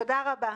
תודה רבה.